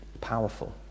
powerful